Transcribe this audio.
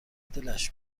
دلش